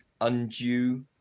undue